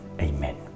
Amen